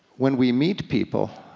when we meet people,